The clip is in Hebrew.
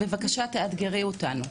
בבקשה תאתגרי אותנו.